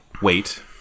wait